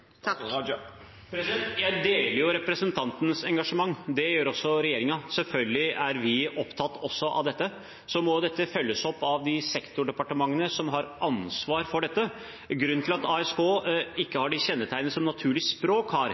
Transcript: Jeg deler representantens engasjement. Det gjør også regjeringen. Selvfølgelig er vi opptatt også av dette. Så må dette følges opp av de sektordepartementene som har ansvar for dette. Grunnen til at ASK ikke har de kjennetegnene som naturlig språk har, er at det ikke overføres mellom generasjoner, og at det ikke har